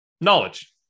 knowledge